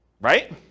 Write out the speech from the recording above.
right